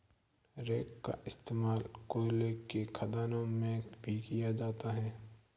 rake का इश्तेमाल कोयले के खदानों में भी किया जाता है